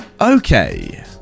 okay